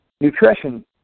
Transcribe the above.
nutrition